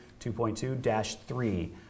2.2-3